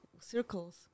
circles